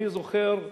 אני זוכר שכבודו,